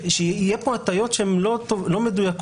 שיהיו פה הטיות שהן לא מדויקות.